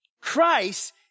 Christ